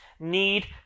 need